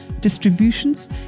distributions